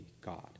God